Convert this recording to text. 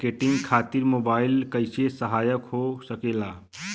Marketing खातिर mobile कइसे सहायक हो सकेला?